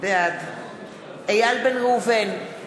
בעד איל בן ראובן,